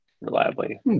reliably